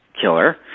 killer